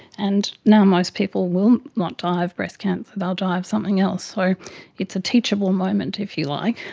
and now most people will not die of breast cancer, they'll die of something else. so it's a teachable moment, if you like,